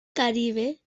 caribe